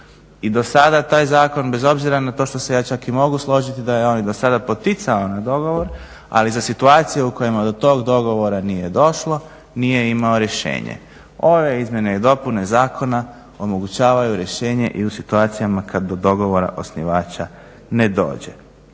i do sada taj zakon bez obzira na to što se ja čak i mogu složiti da je on do sada poticao na dogovor, ali za situacije u kojima do tog dogovora nije došlo nije imao rješenje. Ove izmjene i dopune zakona omogućavaju rješenje i u situacijama kad do dogovora osnivača ne dođe.